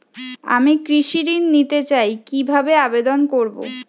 আমি কৃষি ঋণ নিতে চাই কি ভাবে আবেদন করব?